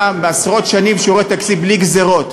בעשרות שנים שהוא רואה תקציב בלי גזירות.